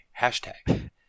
Hashtag